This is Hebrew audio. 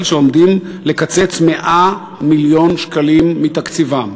שעומדים לקצץ 100 מיליון שקלים מתקציבם.